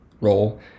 role